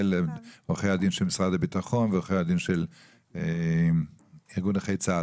לבין עורכי הדין של משרד הביטחון ושל ארגון נכי צה"ל.